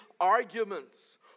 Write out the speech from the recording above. arguments